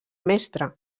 mestra